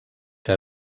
que